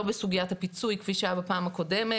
בסוגיית הפיצוי כפי שהיה בפעם הקודמת.